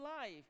life